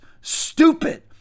stupid